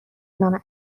نام